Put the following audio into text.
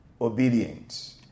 obedient